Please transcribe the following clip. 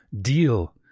deal